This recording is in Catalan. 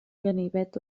ganivet